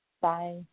Bye